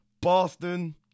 Boston